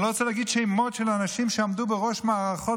אני לא רוצה להגיד שמות של אנשים שעמדו בראש מערכות